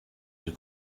the